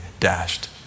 dashed